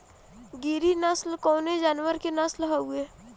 गिरी नश्ल कवने जानवर के नस्ल हयुवे?